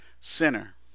sinner